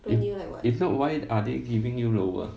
if not why are they giving you lower